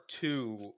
Two